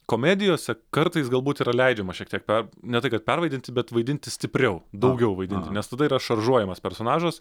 komedijose kartais galbūt yra leidžiama šiek tiek per ne tai kad pervadinti bet vaidinti stipriau daugiau vaidinti nes tada yra šaržuojamas personažas